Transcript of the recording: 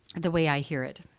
the way i hear it.